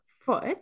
foot